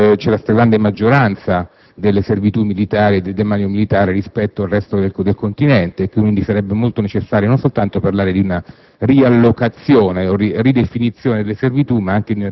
in Sardegna praticamente c'è la stragrande maggioranza delle servitù militari e del demanio militare rispetto al resto del continente e quindi sarebbe necessario non soltanto parlare di una